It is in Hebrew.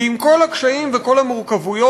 כי עם כל הקשיים וכל המורכבויות,